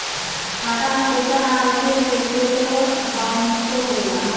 खाता में पइसा ना होखे से चेक बाउंसो होला